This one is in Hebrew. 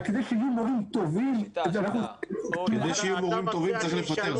אבל כדי שיהיו מורים טובים --- כדי שיהיו מורים טובים צריך לפטר,